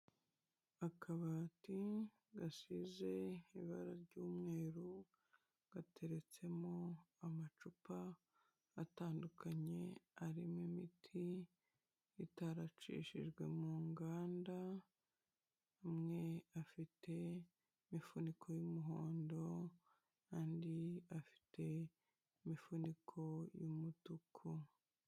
Akabati gasize ibara ry'umweru, gateretsemo amacupa atandukanye arimo imiti itaracishijwe mu nganda, amwe afite imifuniko y'umuhondo, andi afite imifuniko y'umutuku.